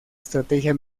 estrategia